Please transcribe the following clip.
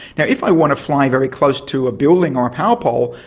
yeah if i want to fly very close to a building or a power pole,